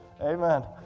Amen